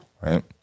Right